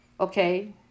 Okay